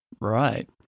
Right